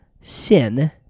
sin